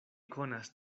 konas